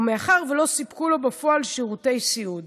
או מאחר שלא סופקו לו בפועל שירותי סיעוד